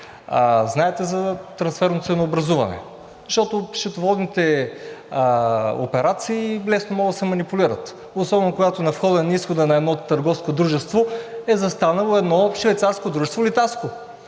Знаете за трансферното ценообразуване, защото счетоводните операции лесно могат да се манипулират, особено когато на входа и на изхода на едно търговско дружество е застанало едно швейцарско дружество – „Литаско“!